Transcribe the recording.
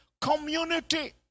community